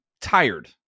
tired